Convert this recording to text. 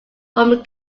from